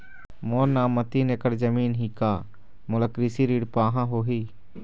मोर नाम म तीन एकड़ जमीन ही का मोला कृषि ऋण पाहां होही?